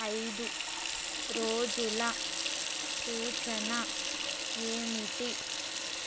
ఐదు రోజుల సూచన ఏమిటి